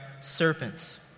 serpents